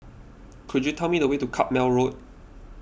could you tell me the way to Carpmael Road